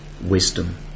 wisdom